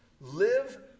live